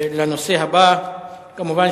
כמובן,